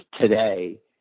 today